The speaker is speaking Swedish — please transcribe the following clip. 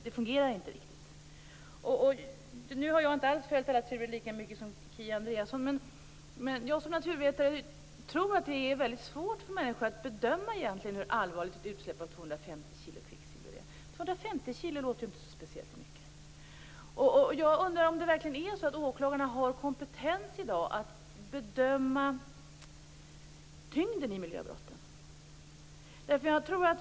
Det fungerar inte riktigt. Jag har inte alls följt turerna lika mycket som Kia Andreasson. Men jag som naturvetare tror att det är svårt för människor att bedöma hur allvarligt ett utsläpp av 250 kg kvicksilver egentligen är. 250 kg låter ju inte speciellt mycket. Jag undrar om åklagarna verkligen har kompetens i dag att bedöma tyngden i miljöbrotten.